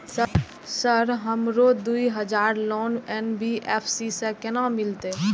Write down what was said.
Sir हमरो दूय हजार लोन एन.बी.एफ.सी से केना मिलते?